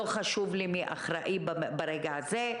לא חשוב לי מי אחראי ברגע הזה.